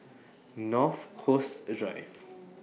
North Coast Drive